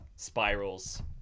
Spirals